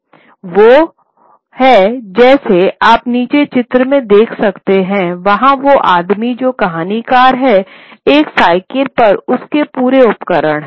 ये वो हैं जैसे आप नीचे चित्र में देख सकते हैं वहाँ वो आदमी जो कहानीकार है एक साइकिल पर उसके पूरे उपकरण है